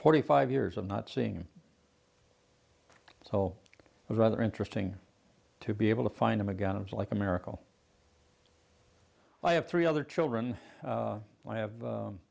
forty five years of not seeing him so it was rather interesting to be able to find him again it's like a miracle i have three other children i have